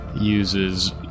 uses